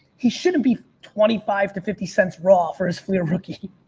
he shouldn't be twenty five to fifty cents raw for his fleer rookie.